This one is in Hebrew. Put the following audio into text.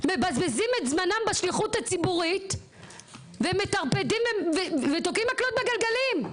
מבזבזים את זמנם בשליחות הציבורית ותוקעים מקלות בגלגלים,